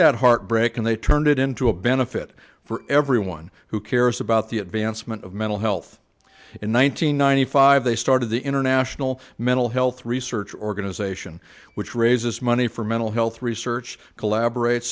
that heartbreak and they turned it into a benefit for everyone who cares about the advancement of mental health in one thousand nine hundred five they started the international mental health research organization which raises money for mental health research collaborate